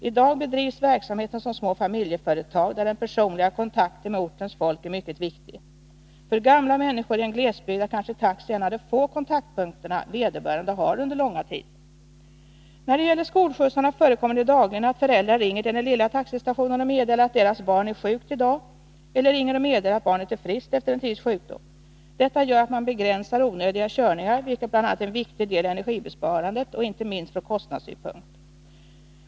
I dag bedrivs verksamheten som små familjeföretag, där den personliga kontakten med ortens folk är mycket viktig. För gamla människor i en glesbygd är kanske taxi en av de få kontaktpunkterna vederbörande har under långa tider. När det gäller skolskjutsarna förekommer det dagligen att föräldrar ringer till den ”lilla” taxistationen och meddelar, att deras barn är sjukt i dag eller ringer och meddelar, att barnet är friskt efter en tids sjukdom. Detta gör att man begränsar onödiga körningar, vilket bl.a. är en viktig del i energisparandet och icke minst från kostnadssynpunkt.